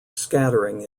scattering